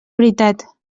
veritat